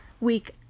week